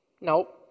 Nope